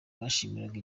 bishimiraga